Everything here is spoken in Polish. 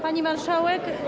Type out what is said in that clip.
Pani Marszałek!